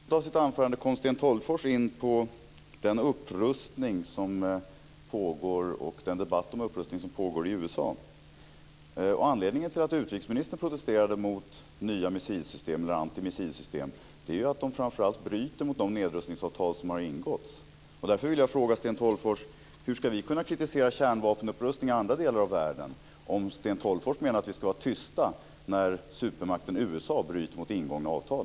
Fru talman! I slutet av sitt anförande kom Sten Tolgfors in på den upprustning som pågår och den debatt om upprustning som pågår i USA. Anledningen till att utrikesministern protesterade mot nya antimissilsystem är framför allt att de bryter mot de nedrustningsavtal som har ingåtts. Jag vill därför fråga Sten Tolgfors: Hur ska vi kunna kritisera kärnvapenupprustning i andra delar av världen, om Sten Tolgfors menar att vi ska vara tysta när supermakten USA bryter mot ingångna avtal?